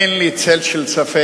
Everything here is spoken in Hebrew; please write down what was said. אין לי צל של ספק